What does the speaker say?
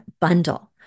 bundle